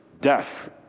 Death